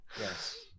Yes